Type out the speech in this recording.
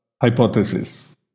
hypothesis